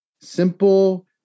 simple